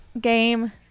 game